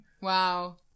Wow